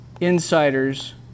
insider's